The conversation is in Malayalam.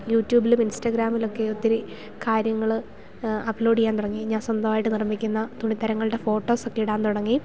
യൂറ്റൂബിലും ഇൻസ്റ്റാഗ്രാമിലൊക്കെ ഒത്തിരി കാര്യങ്ങൾ അപ്ലോഡ് ചെയ്യാൻ തുടങ്ങി ഞാൻ സ്വന്തമായിട്ട് നിർമ്മിക്കുന്ന തുണിത്തരങ്ങളുടെ ഫോട്ടോസൊക്കെ ഇടാൻ തുടങ്ങി